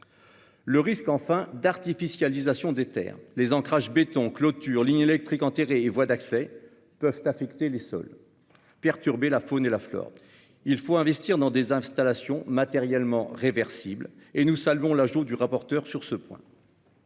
le risque d'artificialisation des terres. Les ancrages en béton, les clôtures, les lignes électriques enterrées et les voies d'accès peuvent affecter les sols ou perturber la faune et la flore. Il faut investir dans des installations matériellement réversibles ; nous saluons l'ajout effectué sur ce point,